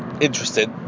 interested